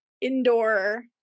indoor